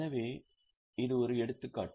எனவே இது ஒரு எடுத்துக்காட்டு